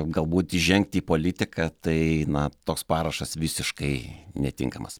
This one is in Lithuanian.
galbūt įžengti į politiką tai na toks parašas visiškai netinkamas